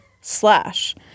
slash